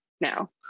now